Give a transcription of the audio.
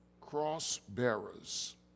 cross-bearers